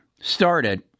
started